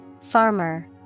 Farmer